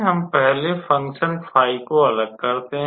हम पहले फ़ंक्शन 𝜑 को अलग करते हैं